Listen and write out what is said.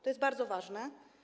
To jest bardzo ważne.